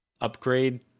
upgrade